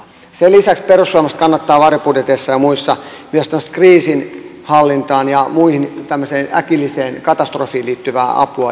sen lisäksi perussuomalaiset kannattaa varjobudjeteissaan ja muissa myös kriisinhallintaan ja muihin tämmöisiin äkillisiin katastrofeihin liittyvää apua